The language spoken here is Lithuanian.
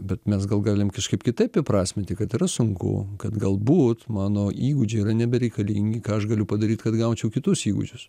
bet mes gal galim kažkaip kitaip įprasminti kad yra sunku kad galbūt mano įgūdžiai yra nebereikalingi ką aš galiu padaryt kad gaučiau kitus įgūdžius